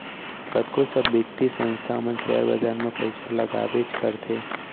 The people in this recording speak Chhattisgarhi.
कतको सब बित्तीय संस्था मन सेयर बाजार म पइसा लगाबेच करथे